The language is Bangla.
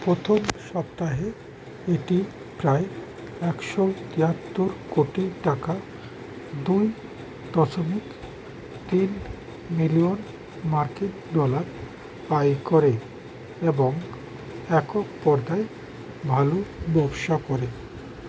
পোথম সপ্তাহে এটি প্রায় একশো তেয়াত্তর কোটি টাকা দুই দশমিক তিন মিলিয়ন মার্কিন ডলার আয় করে এবং একক পর্দায় ভালো ব্যবসা করে